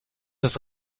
ist